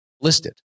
listed